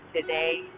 today